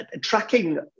tracking